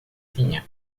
tinha